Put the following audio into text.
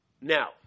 Now